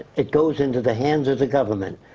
it goes into the hands of the government.